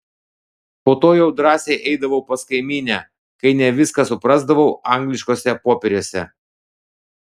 po to jau drąsiai eidavau pas kaimynę kai ne viską suprasdavau angliškuose popieriuose